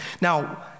Now